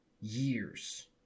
years